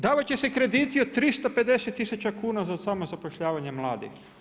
Davat će se krediti od 350 tisuća kuna za samozapošljavanje mladih.